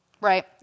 right